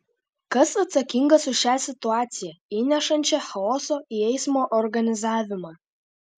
kas atsakingas už šią situaciją įnešančią chaoso į eismo organizavimą